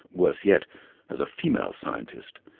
worse yet as a female scientist,